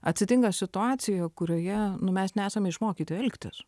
atsitinka situacija kurioje nu mes nesame išmokyti elgtis